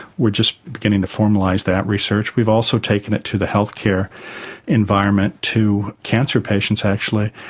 we are just beginning to formalise that research. we've also taken it to the healthcare environment to cancer patients, actually,